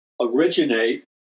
originate